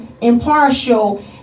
impartial